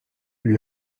lui